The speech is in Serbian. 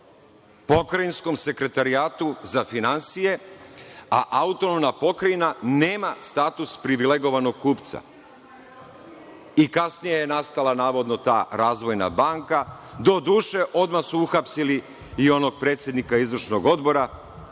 Pokrajinskom sekretarijatu za finansije, a autonomna pokrajina nema status privilegovanog kupca i kasnije je nastala navodno ta „Razvojna banka“. Doduše odmah su uhapsili i onog predsednika izvršnog odbora